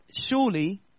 Surely